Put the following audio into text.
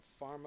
pharma